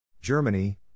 Germany